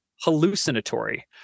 hallucinatory